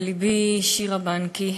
בלבי שירה בנקי